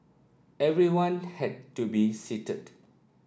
everyone had to be seated